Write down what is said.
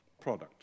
product